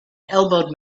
elbowed